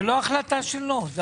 זה לא החלטה שלו.